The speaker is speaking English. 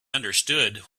understood